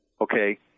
Okay